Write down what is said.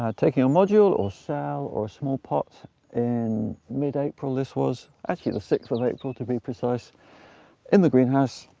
um taking a module or a cell or small pot in mid-april this was, actually the sixth of april to be precise in the greenhouse.